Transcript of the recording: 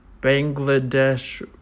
Bangladesh